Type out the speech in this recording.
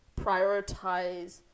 prioritize